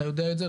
אתה יודע את זה,